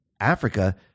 Africa